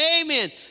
Amen